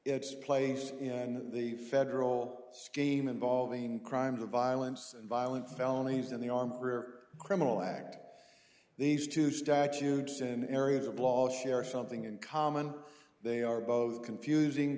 its place in the federal scheme involving crimes of violence and violent felonies and the unfair criminal act these two statutes in areas of law share something in common they are both confusing